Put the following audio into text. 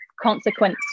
consequence